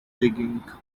digging